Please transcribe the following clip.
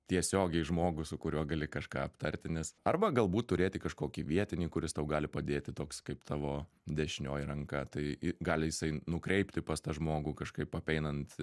tiesiogiai žmogų su kuriuo gali kažką aptarti nes arba galbūt turėti kažkokį vietinį kuris tau gali padėti toks kaip tavo dešinioji ranka tai gali jisai nukreipti pas tą žmogų kažkaip apeinant